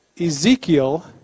Ezekiel